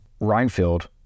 Reinfeld